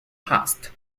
past